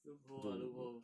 loophole ah loophole